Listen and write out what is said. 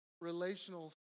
relational